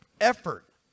effort